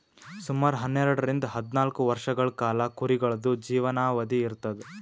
ಸುಮಾರ್ ಹನ್ನೆರಡರಿಂದ್ ಹದ್ನಾಲ್ಕ್ ವರ್ಷಗಳ್ ಕಾಲಾ ಕುರಿಗಳ್ದು ಜೀವನಾವಧಿ ಇರ್ತದ್